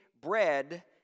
bread